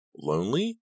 Lonely